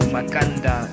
Makanda